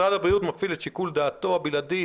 משרד הבריאות מפעיל את שיקול דעתו הבלעדי.